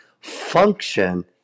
function